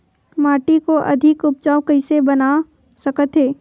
माटी को अधिक उपजाऊ कइसे बना सकत हे?